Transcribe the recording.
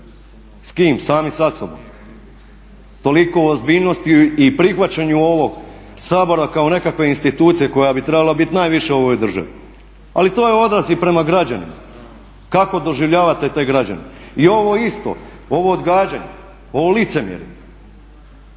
S kim, sami sa sobom? Toliko o ozbiljnosti i prihvaćanju ovog Sabora kao nekakve institucije koja bi trebala biti najviša u ovoj državi. Ali to je odraz i prema građanima, kako doživljavate te građane. I ovo isto, ovo odgađanje, ovo licemjerje,